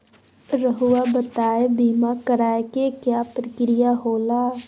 रहुआ बताइं बीमा कराए के क्या प्रक्रिया होला?